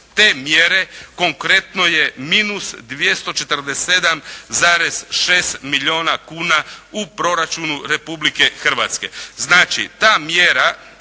te mjere konkretno je minus 247,6 milijuna kuna u proračunu Republike Hrvatske.